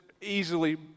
easily